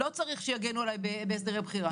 לא צריך שיגנו עלינו בהסדרי בחירה.